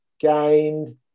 gained